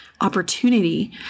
opportunity